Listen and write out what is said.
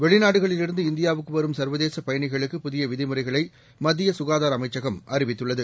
வெளிநாடுகளிலிருந்து இந்தியாவுக்கு வரும் சர்வதேச பயனிகளுக்கு புதிய விதிமுறைகளை மத்திய கனதார அமைச்சகம் அறிவித்துள்ளது